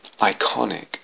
iconic